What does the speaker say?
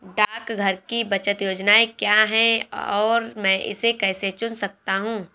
डाकघर की बचत योजनाएँ क्या हैं और मैं इसे कैसे चुन सकता हूँ?